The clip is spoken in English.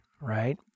right